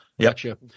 Gotcha